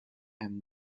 and